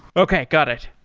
okay. got it.